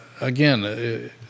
Again